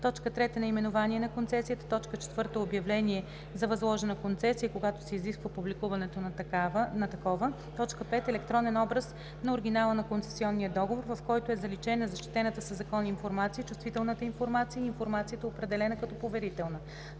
3. наименование на концесията; 4. обявление за възложена концесия, когато се изисква публикуването на такова; 5. електронен образ на оригинала на концесионния договор, в който е заличена защитената със закон информация, чувствителната информация и информацията, определена като поверителна;